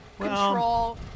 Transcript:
control